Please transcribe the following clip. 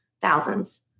thousands